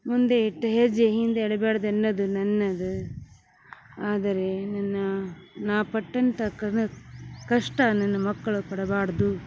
ಮುಂದೆ ಇಟ್ಟ ಹೆಜ್ಜೆ ಹಿಂದೇಳಿಬಾರದು ಎನ್ನದು ನನ್ನದು ಆದರೆ ನನ್ನ ನಾ ಪಟ್ಟಂಥ ಕನ ಕಷ್ಟ ನನ್ನ ಮಕ್ಕಳು ಪಡಬಾರದು